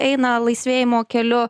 eina laisvėjimo keliu